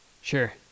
sure